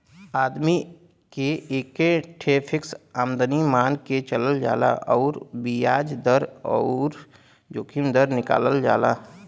आदमी के एक ठे फ़िक्स आमदमी मान के चलल जाला अउर बियाज दर अउर जोखिम दर निकालल जाला